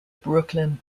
brooklyn